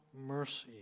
mercy